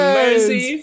mercy